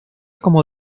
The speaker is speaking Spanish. como